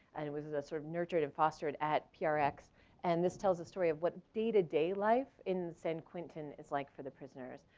and it was a sort of nurtured and fostered at prx. and this tells a story of what day-to-day life in san quentin is like for the prisoners.